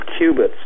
qubits